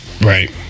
Right